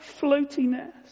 floatiness